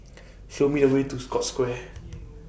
Show Me The Way to Scotts Square